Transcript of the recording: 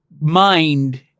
mind